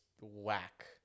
whack